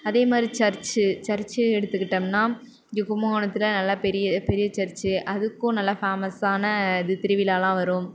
அதேமாதிரி சர்ச்சு சர்ச்சை எடுத்துக்கிட்டோம்னால் இங்கே கும்பகோணத்தில் நல்ல பெரிய பெரிய சர்ச்சு அதுக்கும் நல்ல ஃபேமஸான இது திருவிழாவெலாம் வரும்